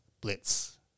blitz